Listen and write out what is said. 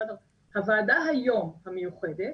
הוועדה היום, המיוחדת,